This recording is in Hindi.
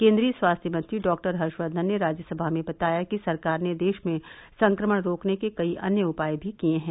केन्द्रीय स्वास्थ्य मंत्री डाक्टर हर्षक्धन ने राज्यसभा में बताया कि सरकार ने देश में संक्रमण रोकने के कई अन्य उपाय भी किये हैं